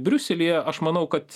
briuselyje aš manau kad